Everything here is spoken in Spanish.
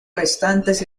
restantes